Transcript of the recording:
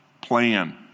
plan